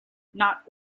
not